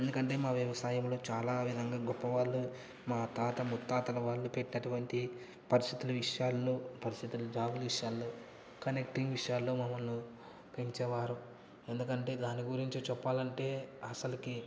ఎందుకంటే మా వ్యవసాయంలో చాలా విధంగా గొప్పవాళ్ళు మా తాత ముత్తాతలు వాళ్ళు పెట్టినటువంటి పరిస్థితులు విషయాలు పరిస్థితులు జాబు విషయాల్లో కనెక్టింగ్ విషయాల్లో మమ్మల్ని పెంచేవారు ఎందుకంటే దాని గురించి చెప్పాలంటే అసలకి